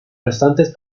restantes